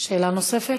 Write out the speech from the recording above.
שאלה נוספת?